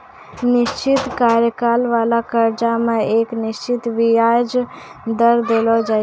निश्चित कार्यकाल बाला कर्जा मे एक निश्चित बियाज दर देलो जाय छै